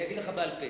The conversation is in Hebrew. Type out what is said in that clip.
אני אגיד לך בעל-פה